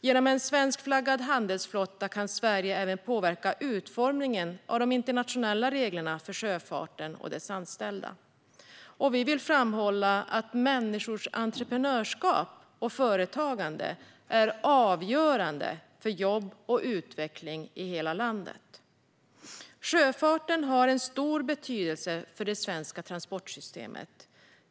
Genom en svenskflaggad handelsflotta kan Sverige även påverka utformningen av de internationella reglerna för sjöfarten och dess anställda. Vi vill framhålla att människors entreprenörskap och företagande är avgörande för jobb och utveckling i hela landet. Sjöfarten har stor betydelse för det svenska transportsystemet.